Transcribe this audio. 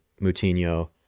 Moutinho